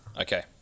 Okay